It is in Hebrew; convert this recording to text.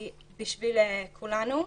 זה בשביל כולנו,